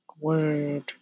Word